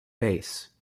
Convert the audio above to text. bass